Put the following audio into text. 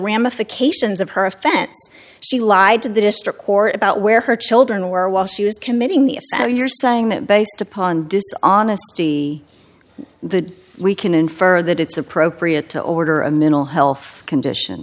ramifications of her offense she lied to the district court about where her children were while she was committing the so you're saying that based upon dishonesty the we can infer that it's appropriate to order a mental health condition